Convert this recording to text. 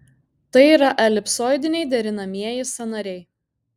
tai yra elipsoidiniai derinamieji sąnariai